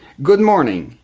good morning,